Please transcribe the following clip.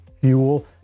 fuel